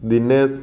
Dinesh